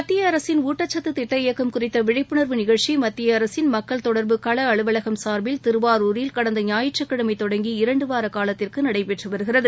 மத்திய அரசின் ஊட்டச்சத்து திட்ட இயக்கம் குறித்த விழிப்புணர்வு நிகழ்ச்சி மத்திய அரசின் மக்கள் தொடர்பு கள அலுவலகம் சார்பில் திருவாரூரில் கடந்த ஞாயிற்றிக்கிழமை தொடங்கி இரண்டு வாரக் காலத்திற்கு நடைபெற்று வருகிறது